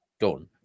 done